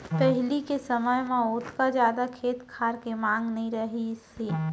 पहिली के समय म ओतका जादा खेत खार के मांग नइ रहिस हे